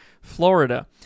Florida